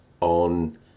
on